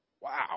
Wow